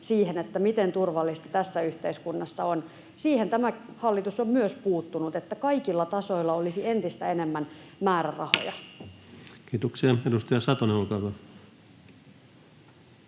siihen, miten turvallista tässä yhteiskunnassa on. Siihen tämä hallitus on myös puuttunut, että kaikilla tasoilla olisi entistä enemmän määrärahoja. [Speech 34] Speaker: